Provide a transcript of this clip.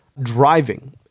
driving